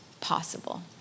possible